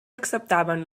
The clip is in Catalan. acceptaven